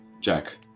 Jack